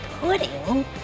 pudding